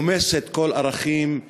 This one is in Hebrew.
רומסת כל ערכים,